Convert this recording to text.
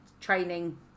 training